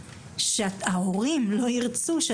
ומובן מאליו שההורים לא ירצו מבחנה